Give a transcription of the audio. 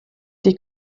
die